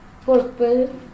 purple